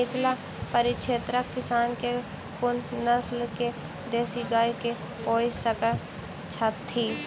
मिथिला परिक्षेत्रक किसान केँ कुन नस्ल केँ देसी गाय केँ पोइस सकैत छैथि?